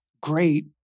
great